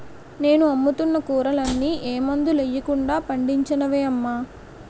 నేను అమ్ముతున్న కూరలన్నీ ఏ మందులెయ్యకుండా పండించినవే అమ్మా